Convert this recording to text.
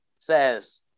says